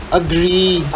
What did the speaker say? agree